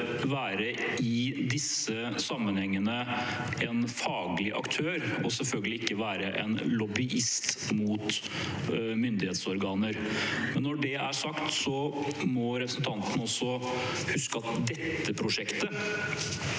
i disse sammenhengene skal være en faglig aktør og selvfølgelig ikke være en lobbyist mot myndighetsorganer. Når det er sagt, må representanten også huske at dette prosjektet